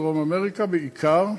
דרום-אמריקה בעיקר,